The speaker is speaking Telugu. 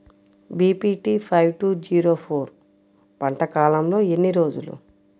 BPT five two zero four పంట కాలంలో ఎన్ని రోజులు?